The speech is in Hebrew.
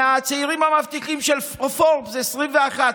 מהצעירים המבטיחים של פורבס 2021,